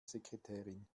sekretärin